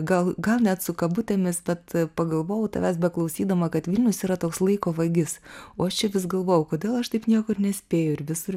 gal gal net su kabutėmis tad pagalvojau tavęs beklausydama kad vilnius yra toks laiko vagis o aš čia vis galvojau kodėl aš taip nieko ir nespėju ir visur